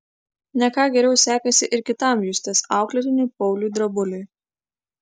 ne ką geriau sekėsi ir kitam justės auklėtiniui pauliui drabuliui